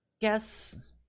guess